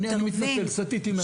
אני מתנצל, סטיתי מהנושא.